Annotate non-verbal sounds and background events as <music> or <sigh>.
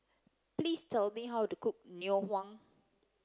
please tell me how to cook ngoh <unintelligible>